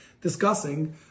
discussing